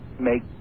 make